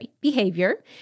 behavior